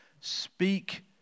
Speak